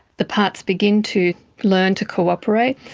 the parts begin to learn to cooperate.